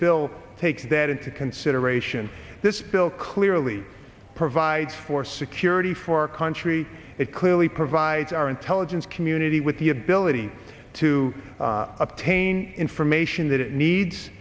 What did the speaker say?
bill takes that into consideration this bill clearly provides for security for our country it clearly provides our intelligence community with the ability to obtain information that it needs